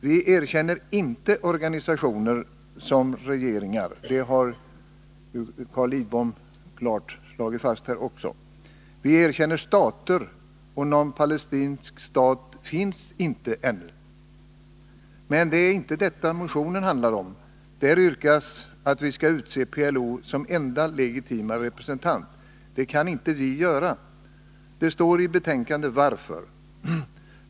Vi erkänner inte organisationer som regeringar. Det har också Carl Lidbom klart slagit fast här. Vi erkänner stater, och någon palestinsk stat finns inte ännu. Men det är inte detta motionen handlar om. Där yrkas att vi skall utse PLO som det palestinska folkets enda legitima representant. Det kan vi inte göra, och det står i betänkandet varför.